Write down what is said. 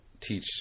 teach